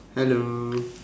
hello